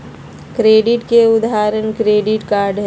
credit के उदाहरण credit card हई